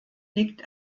liegt